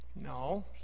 No